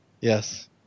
Yes